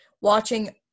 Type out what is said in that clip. watching